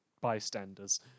bystanders